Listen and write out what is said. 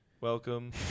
Welcome